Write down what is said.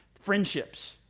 friendships